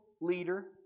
leader